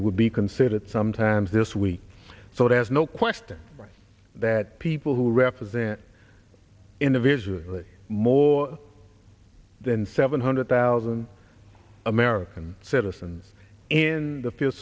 it would be considered sometimes this week so there's no question that people who represent individual more than seven hundred thousand american citizens in the f